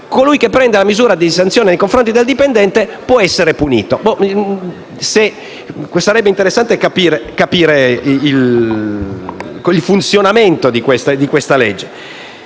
colui che prende la misura di sanzione nei confronti del dipendente può essere punito. Sarebbe interessante capire il funzionamento di questa legge.